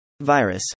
Virus